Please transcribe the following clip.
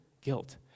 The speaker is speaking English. guilt